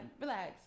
relax